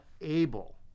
able